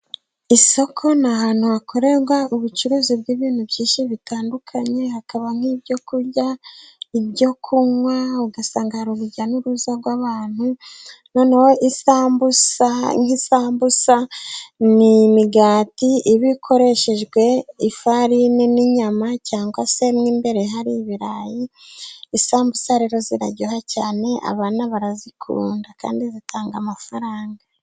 Isoko ni ahantu hakorerwa ubucuruzi bw'ibintu byinshi bitandukanye, hakaba nk'ibyo kurya, ibyo kunywa, ugasanga hari urujya n'uruza rw'abantu, noneho nk'isambusa ni imigati iba ikoreshejwe ifarini n'inyama, cyangwa se mo imbere hari ibirayi, isambusa rero ziraryoha cyane, abana barazikunda kandi zitanga amafaranga.